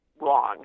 wrong